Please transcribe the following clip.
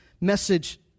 message